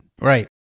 Right